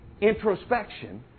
introspection